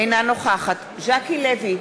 אינה נוכחת ז'קי לוי,